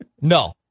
No